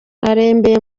arembeye